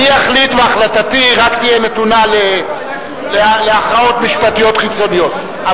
אני אחליט והחלטתי נתונה רק להכרעות משפטיות חיצוניות.